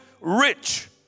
rich